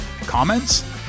Comments